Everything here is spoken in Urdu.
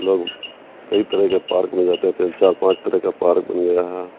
لوگ کئی طرح کے پارک میں جاتے تھے چار پانچ طرح کا پارک بن گیا ہے